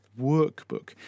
Workbook